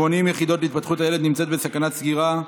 80 יחידות להתפתחות הילד נמצאות בסכנת סגירה,